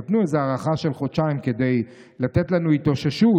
נתנו לזה הארכה של חודשיים כדי לתת לנו התאוששות,